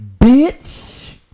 bitch